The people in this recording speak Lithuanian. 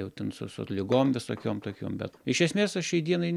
jau ten su su ligom visokiom tokiom bet iš esmės aš šiai dienai